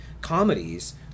comedies